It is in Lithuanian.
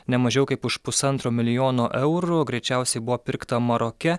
ne mažiau kaip už pusantro milijono eurų greičiausiai buvo pirkta maroke